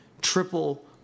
triple